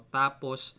tapos